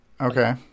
Okay